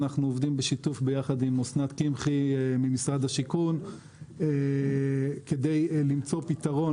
אנחנו עובדים בשיתוף ביחד עם אסנת קמחי ממשרד השיכון כדי למצוא פיתרון